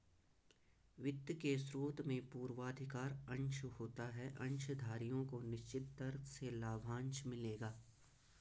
वित्त के स्रोत में पूर्वाधिकार अंश होता है अंशधारियों को निश्चित दर से लाभांश मिलेगा